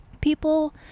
people